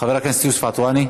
חבר הכנסת יוסף עטואני.